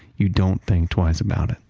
you don't think twice about it.